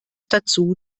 dazu